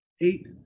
eight